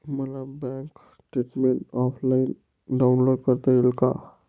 मला bank statement offline download करता येईल का?